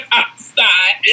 outside